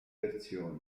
versioni